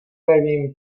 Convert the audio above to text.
nevím